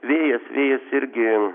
vėjas vėjas irgi